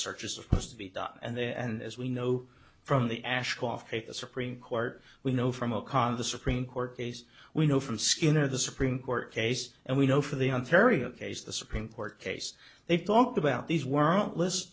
searches supposed to be done and then and as we know from the ashcroft supreme court we know from a con the supreme court case we know from skinner the supreme court case and we know from the ontario case the supreme court case they talked about these weren't list